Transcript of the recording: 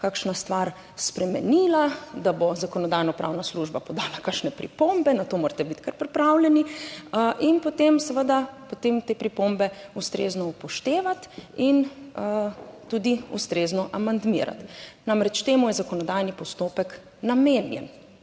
kakšna stvar spremenila, da bo Zakonodajno-pravna služba podala kakšne pripombe, na to morate biti kar pripravljeni in potem seveda potem te pripombe ustrezno upoštevati in tudi ustrezno amandmirati. Namreč, temu je zakonodajni postopek namenjen.